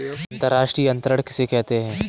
अंतर्राष्ट्रीय अंतरण किसे कहते हैं?